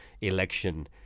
election